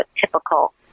typical